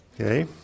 Okay